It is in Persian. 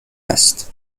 است